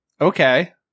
Okay